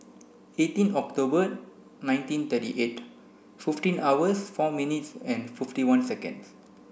eighteen October nineteen thirty eight fifteen hours four minutes and fifty one seconds